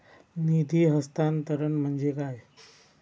निधी हस्तांतरण म्हणजे काय?